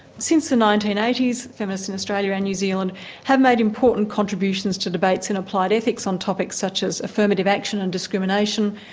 since the nineteen eighty s, feminists in australia and new zealand have made important contributions to debates in applied ethics, on topics such as affirmative action and discrimination,